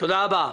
תודה רבה.